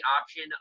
option